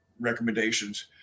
recommendations